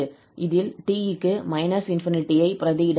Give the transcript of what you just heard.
இதில் 𝑡 க்கு −∞ பிரதியிடலாம்